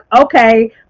okay